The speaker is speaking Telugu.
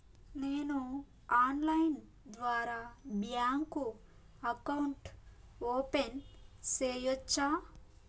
నేను ఆన్లైన్ ద్వారా బ్యాంకు అకౌంట్ ఓపెన్ సేయొచ్చా?